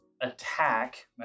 attack